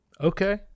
Okay